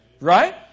Right